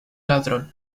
ladrón